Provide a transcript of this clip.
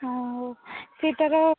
ହଁ ଆଉ ସେ ତା'ର